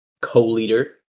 co-leader